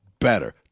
better